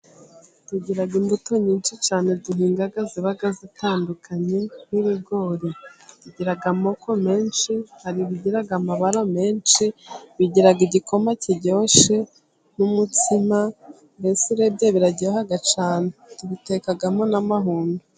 Tugira imbuto nyinshi cyane duhinga ziba zitandukanye, nk'ibigori bigira amoko menshi hari ibigira amabara menshi, bigira igikoma kiryoshye n'umutsima, mbese urebye biraryoha cyane tubitekamo n'amahundo.